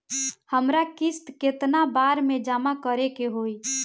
हमरा किस्त केतना बार में जमा करे के होई?